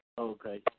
Okay